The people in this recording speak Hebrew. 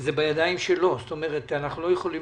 זה בידיים שלו, אנחנו לא יכולים